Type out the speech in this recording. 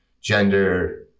gender